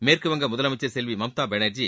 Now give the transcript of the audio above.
மேற்குவங்க முதலமைச்சர் செல்வி மம்தா பானர்ஜி